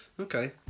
Okay